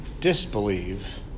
disbelieve